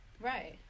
Right